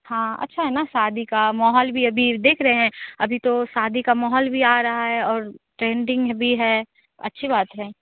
हाँ अच्छा है ना शादी का माहौल भी अभी देख रहे हैं अभी तो शादी का माहौल भी आ रहा है और ट्रेंडिंग अभी है अच्छी बात है